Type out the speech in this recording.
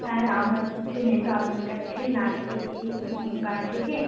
হ্যাঁ আমার হচ্ছে মেয়ে তো আপনার কাছে নাচ শেখে এবং গান শেখে